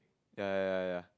ya ya ya ya